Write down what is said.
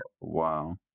Wow